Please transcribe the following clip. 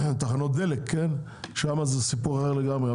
תחנות הדלק, שם זה סיפור אחר לגמרי.